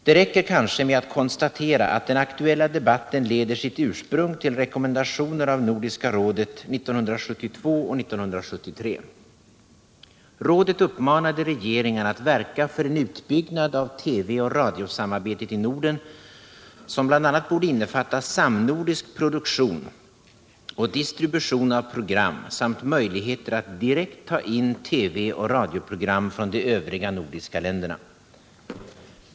Det räcker kanske med att konstatera att den aktuella debatten leder sitt ursprung till rekommendationer av Nordiska rådet 1972 och 1973. Rådet uppmanade regeringarna att verka för en utbyggnad av TV och radiosamarbetet i Norden, som bl.a. borde innefatta samnordisk produktion och distribution av program samt möjligheter att direkt ta in TV och radioprogram från de övriga nordiska länderna.